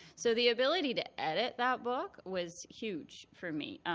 so the ability to edit that book was huge for me.